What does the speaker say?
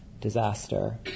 disaster